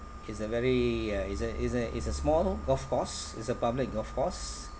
it's a very uh it's a it's a it's a small golf course it's a public golf course